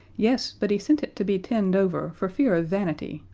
yes, but he sent it to be tinned over, for fear of vanity,